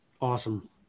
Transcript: Awesome